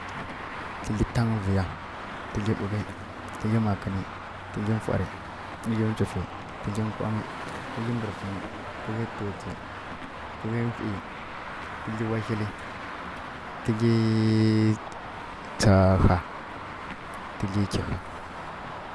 Tǝglǝ tan viya tǝgli ɓughi tǝgli makǝni tǝgli mfwari tǝgli nchwufi tǝgli nkwangyi tǝgli mbǝrfǝngyi tǝgli wkli tǝgli wahili tǝgli tsa ha tǝgli ki ha.